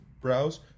browse